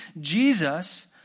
Jesus